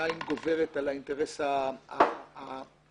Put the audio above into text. גוברת על האינטרס הכללי.